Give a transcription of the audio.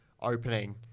opening